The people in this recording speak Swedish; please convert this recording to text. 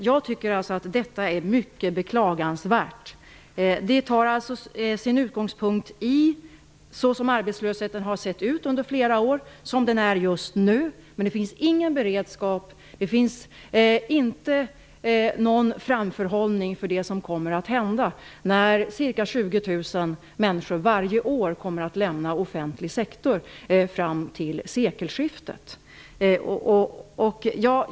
Jag tycker att detta är mycket beklagligt. Åtgärderna utgår från hur arbetslösheten har sett ut under flera år och hur den ser ut just nu. Det finns ingen beredskap eller framförhållning för det som kommer att hända när ca 20 000 människor varje år fram till sekelskiftet lämnar den offentliga sektorn.